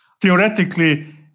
Theoretically